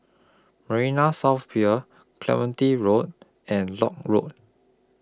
Marina South Pier Clementi Road and Lock Road